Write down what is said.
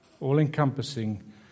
All-encompassing